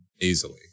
easily